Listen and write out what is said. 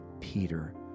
Peter